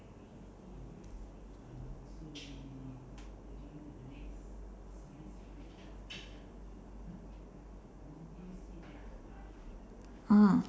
mm